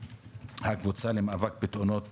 הקבוצה למאבק בתאונות